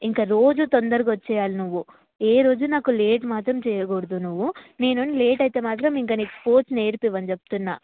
ఇంక రోజు తొందరగా వచ్చేయాలి నువ్వు ఏ రోజు నాకు లేట్ మాత్రం చేయకూడదు నువ్వు నేను లేటయితే మాత్రం ఇంక నీకు స్పోర్ట్స్ నేర్పించను చెప్తున్నా